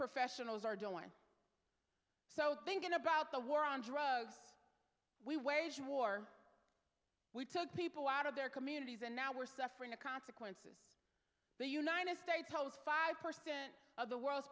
professionals are doing so thinking about the war on drugs we wage war we took people out of their communities and now we're suffering the consequences the united states holds five percent of the world's